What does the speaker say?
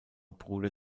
bruder